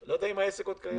אני לא יודע אם העסק עוד קיים.